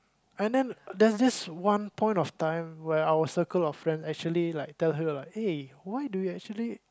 and then there's this one point of time where our circle of friend actually like tell her like why do you actually